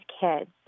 kids